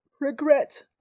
Regret